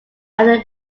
after